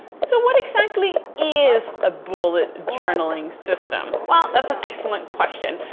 so what exactly is a bullet journaling system wow that's an excellent question.